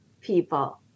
people